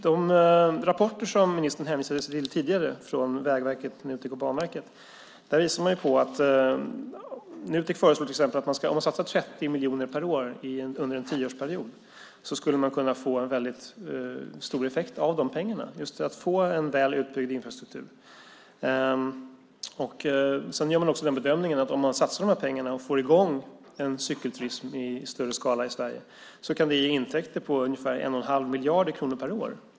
De rapporter som ministern hänvisade till tidigare från Banverket, Nutek och Vägverket visar att Nutek till exempel säger att om man satsar 30 miljoner per år under en tioårsperiod skulle man kunna få en väldigt stor effekt av pengarna och få en väl utbyggd infrastruktur. Man gör också den bedömningen att om den här satsningen görs och vi får i gång en cykelturism i större skala i Sverige kan det ge intäkter på ungefär 1 1⁄2 miljard kronor per år.